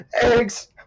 eggs